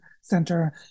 center